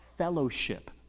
Fellowship